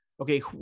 Okay